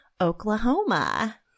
Oklahoma